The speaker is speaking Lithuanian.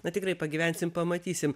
na tikrai pagyvensim pamatysim